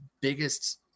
biggest